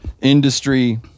industry